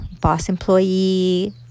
boss-employee